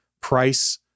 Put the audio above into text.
price